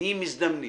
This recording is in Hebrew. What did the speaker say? נהיים מזדמנים,